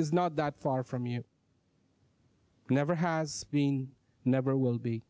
is not that far from you never has been never will be